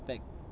packed